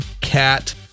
Cat